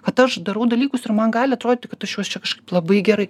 kad aš darau dalykus ir man gali atrodyti kad aš juos čia kažkaip labai gerai